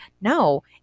No